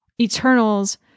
Eternals